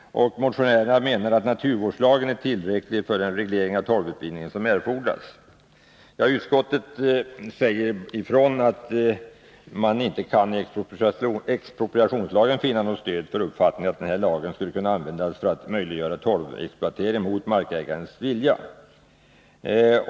Motionärerna menar att naturvårdslagen är tillräcklig för den reglering av torvutvinningen som erfordras. Utskottet kan inte i expropriationslagen finna stöd för uppfattningen att denna lag skulle kunna användas för att möjliggöra torvexploatering mot markägarens vilja.